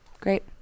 Great